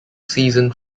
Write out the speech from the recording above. season